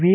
V